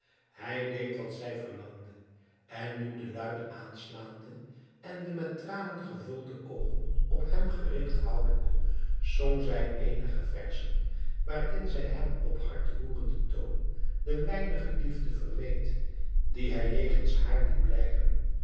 hij deed wat zij verlangde en nu de luit aanslaande en de met tranen gevulde oogen op hem gerigt houdende zong zij eenige verzen waarin zij hem op hartroerenden toon de weinige liefde verweet die hij jegens haar liet blijken